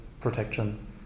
protection